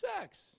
sex